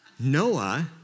Noah